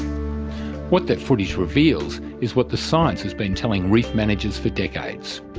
what that footage reveals is what the science has been telling reef managers for decades,